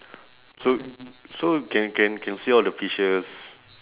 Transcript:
so so can can can see all the fishes